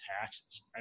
taxes